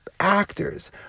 actors